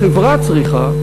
החברה צריכה,